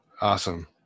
Awesome